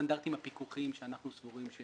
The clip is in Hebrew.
מבלי שיהיה הקטע של הרשות להלבנת הון.